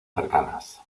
cercanas